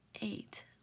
eight